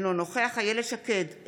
אינו נוכח אילת שקד,